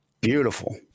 Beautiful